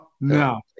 No